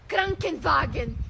Krankenwagen